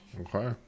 Okay